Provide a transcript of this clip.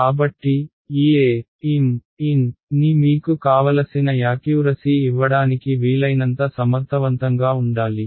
కాబట్టి ఈ a m n ని మీకు కావలసిన యాక్యూరసీ ఇవ్వడానికి వీలైనంత సమర్థవంతంగా ఉండాలి